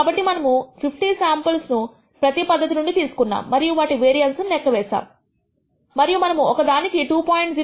కాబట్టి మనము 50 శాంపుల్స్ ను ప్రతి పద్ధతి నుండి తీసుకున్నాము మరియు వాటి వేరియన్సస్ లెక్క వేసాము మరియు మనము ఒక దానికి 2